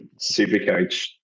Supercoach